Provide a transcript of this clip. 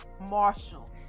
Marshall